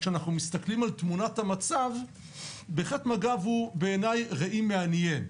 כשאנחנו מסתכלים על תמונת המצב בהחלט מג"ב הוא בעיניי ראי מעניין.